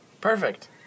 Perfect